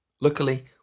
Luckily